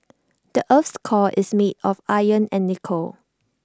the Earth's core is made of iron and nickel